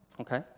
Okay